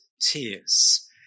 tears